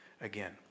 again